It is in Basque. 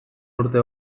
urte